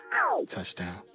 Touchdown